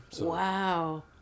Wow